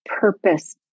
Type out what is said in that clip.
purpose